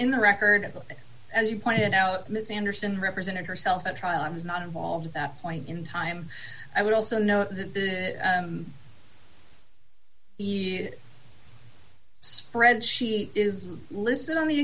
in the record as you pointed out miss anderson represented herself at trial i was not involved at that point in time i would also know that it spread sheet is listed on the